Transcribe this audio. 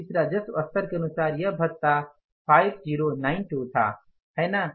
इस राजस्व स्तर के अनुसार यह भत्ता 5092 था है ना